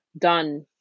done